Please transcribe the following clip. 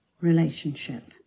relationship